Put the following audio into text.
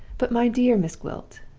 but, my dear miss gwilt,